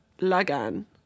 Lagan